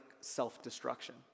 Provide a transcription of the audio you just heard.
self-destruction